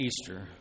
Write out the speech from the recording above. Easter